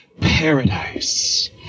Paradise